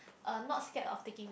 uh not scared of taking